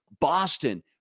Boston